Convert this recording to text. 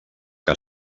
que